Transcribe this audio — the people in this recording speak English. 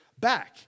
back